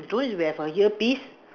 don't you have a earpiece